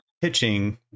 pitching